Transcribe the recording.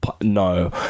No